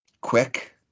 quick